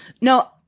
No